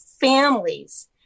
families